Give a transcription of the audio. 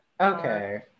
okay